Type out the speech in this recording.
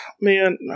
man